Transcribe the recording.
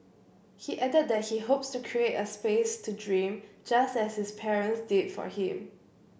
he added that he hopes to create a space to dream just as his parents did for him